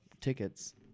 tickets